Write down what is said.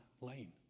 lane